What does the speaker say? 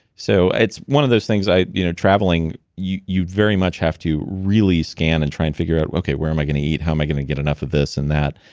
so, it's one of those things. you know traveling, you you very much have to really scan and try and figure out, okay, where am i going to eat? how am i going to get enough of this and that?